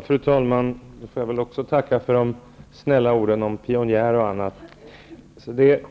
Fru talman! Jag får också tacka för de snälla orden, att jag skulle ha varit pionjär.